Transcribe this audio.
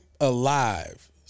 alive